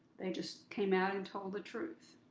they just came out and told the truth.